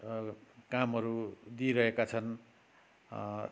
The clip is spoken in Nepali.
कामहरू दिइरहेका छन्